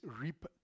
reap